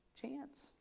chance